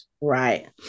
right